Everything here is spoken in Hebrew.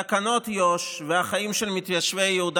תקנות יו"ש והחיים של מתיישבי יהודה